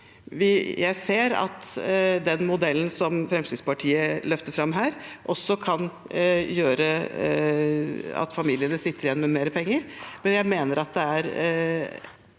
Jeg ser at den modellen som Fremskrittspartiet løfter fram her, også kan gjøre at familiene sitter igjen med mer penger, men jeg mener at det er